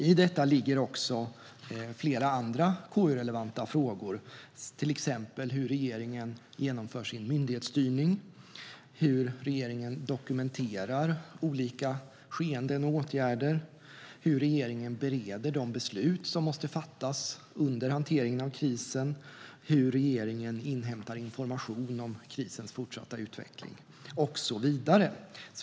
I detta ligger också flera andra KU-relevanta frågor, till exempel hur regeringen genomför sin myndighetsstyrning, hur regeringen dokumenterar olika skeenden och åtgärder, hur regeringen bereder de beslut som måste fattas under hanteringen av krisen, hur regeringen inhämtar information om krisens fortsatta utveckling, och så vidare.